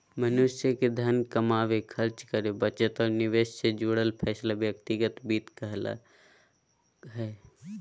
मनुष्य के धन कमावे, खर्च करे, बचत और निवेश से जुड़ल फैसला व्यक्तिगत वित्त कहला हय